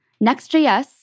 Next.js